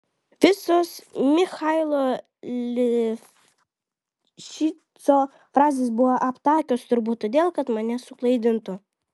visos michailo livšico frazės buvo aptakios turbūt todėl kad mane suklaidintų